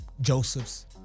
Joseph's